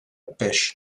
pêche